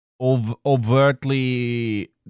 overtly